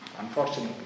Unfortunately